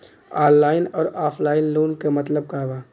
Online अउर offline loan क मतलब का बा?